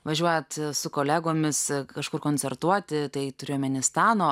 važiuojat su kolegomis kažkur koncertuot tai turiu omeny stano